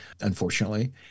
unfortunately